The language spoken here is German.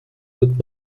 wird